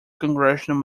congressional